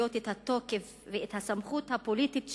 להסתייגויות את התוקף ואת הסמכות הפוליטית שלהן,